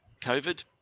COVID